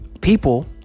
people